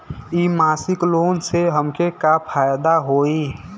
इ मासिक लोन से हमके का फायदा होई?